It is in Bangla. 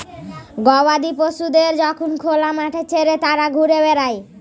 গবাদি পশুদের যখন খোলা মাঠে ছেড়ে তারা ঘুরে বেড়ায়